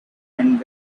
and